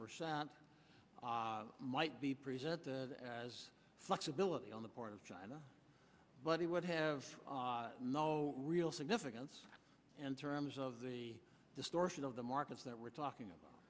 percent might be presented as flexibility on the part of china but he would have no real significance and terms of the distortion of the markets that we're talking